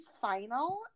final